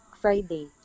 Friday